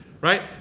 Right